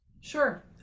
sure